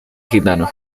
gitano